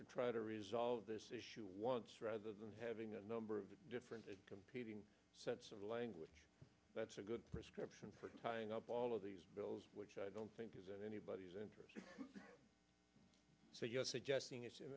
to try to resolve this issue once rather than having a number of different competing language that's a good prescription for tying up all of these bills which i don't think is in anybody's interest so you're suggesting is